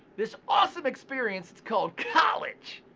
this awesome experience that's called college,